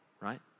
right